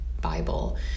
Bible